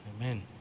Amen